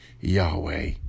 Yahweh